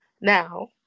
Now